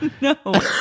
no